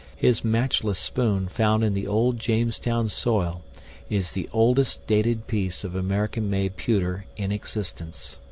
his matchless spoon found in the old jamestown soil is the oldest dated piece of american-made pewter in existence.